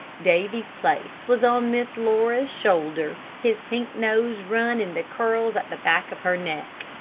davy's place was on miss laura's shoulder, his pink nose run in the curls at the back of her neck.